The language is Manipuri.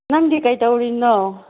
ꯅꯪꯗꯤ ꯀꯔꯤ ꯇꯧꯔꯤꯅꯣ